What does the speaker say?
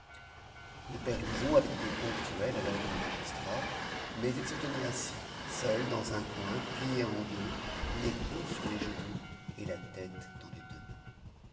le père louison avait été ponctuel à l'ordre du magistrat mais il se tenait assis seul dans un coin plié en deux les coudes sur les genoux et la tête dans les deux mains